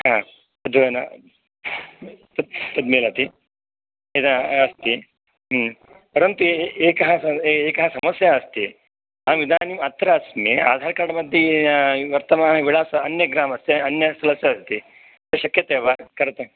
ह तद् द्वयेन तद् तद् मिलति यदा अस्ति परन्तु ए एका एका समस्या अस्ति अहम् इदानीम् अत्र अस्मि आधार् कार्ड् मध्ये वर्तमानविलासः अन्यग्रामस्य अन्य स्य अस्ति शक्यते वा कर्तुम्